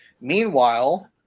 Meanwhile